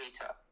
data